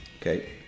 Okay